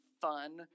fun